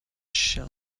shall